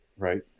Right